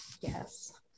Yes